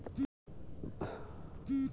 ভুট্টা কি রবি মরসুম এ চাষ করলে ভালো ফলন দেয়?